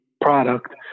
product